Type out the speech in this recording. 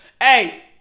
Hey